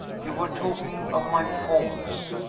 you were talking of my faults.